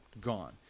gone